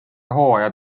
hooaja